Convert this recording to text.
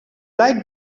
like